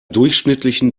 durchschnittlichen